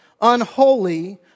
unholy